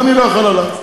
גם אני לא יכול עליו.